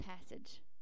passage